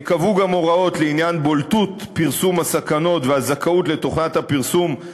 ייקבעו גם הוראות לעניין בולטות פרסום הסכנות והזכאות לתוכנת הסינון,